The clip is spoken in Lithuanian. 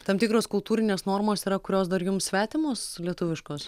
tam tikros kultūrinės normos yra kurios dar jums svetimos lietuviškos